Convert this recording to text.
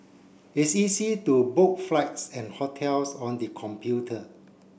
it's easy to book flights and hotels on the computer